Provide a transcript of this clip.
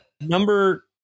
Number